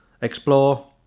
explore